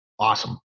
Awesome